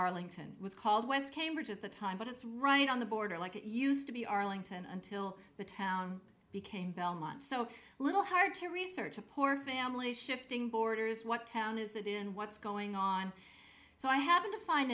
arlington was called west cambridge at the time but it's right on the border like it used to be arlington until the town became belmont so little hard to research a poor family shifting borders what town is it in what's going on so i happen to find